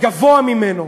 גבוה ממנו,